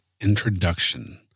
Introduction